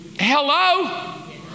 Hello